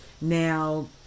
Now